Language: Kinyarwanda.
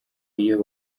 iyo